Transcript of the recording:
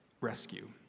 rescue